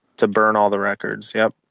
to burn all the records. yup.